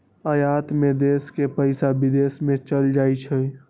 आयात में देश के पइसा विदेश में चल जाइ छइ